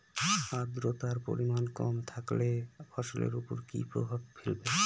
আদ্রর্তার পরিমান কম থাকলে ফসলের উপর কি কি প্রভাব ফেলবে?